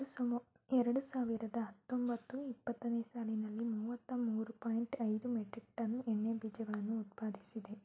ಎರಡು ಸಾವಿರದ ಹತ್ತೊಂಬತ್ತು ಇಪ್ಪತ್ತನೇ ಸಾಲಿನಲ್ಲಿ ಮೂವತ್ತ ಮೂರು ಪಾಯಿಂಟ್ ಐದು ಮೆಟ್ರಿಕ್ ಟನ್ ಎಣ್ಣೆ ಬೀಜಗಳನ್ನು ಉತ್ಪಾದಿಸಿದೆ